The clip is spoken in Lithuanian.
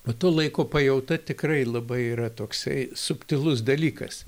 o to laiko pajauta tikrai labai yra toksai subtilus dalykas